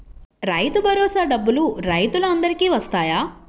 రైతు భరోసా డబ్బులు రైతులు అందరికి వస్తాయా?